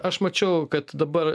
aš mačiau kad dabar